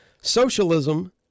Socialism